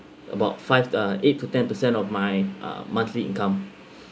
about five uh to eight to ten percent of my uh monthly income